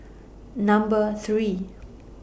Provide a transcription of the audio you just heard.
Number three